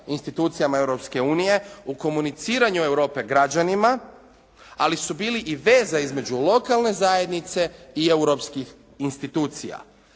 institucijama Europske unije u komuniciranju Europe građanima ali su bili i veza između lokalne zajednice i europskih institucija.